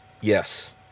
Yes